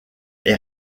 est